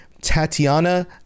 Tatiana